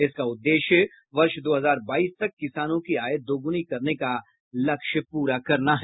इसका उद्देश्य वर्ष दो हजार बाईस तक किसानों की आय दोगुनी करने का लक्ष्य पूरा करना है